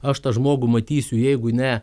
aš tą žmogų matysiu jeigu ne